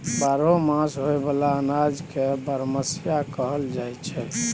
बारहो मास होए बला अनाज के बरमसिया कहल जाई छै